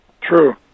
True